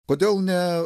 kodėl ne